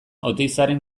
oteizaren